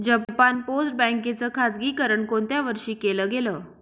Japan post bank च खाजगीकरण कोणत्या वर्षी केलं गेलं?